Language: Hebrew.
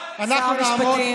מה, שר המשפטים.